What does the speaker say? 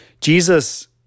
Jesus